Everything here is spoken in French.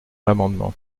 l’amendement